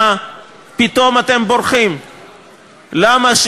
בחוק-יסוד: הכנסת,